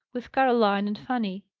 with caroline and fanny.